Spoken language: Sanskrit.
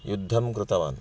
युद्धं कृतवान्